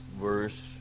verse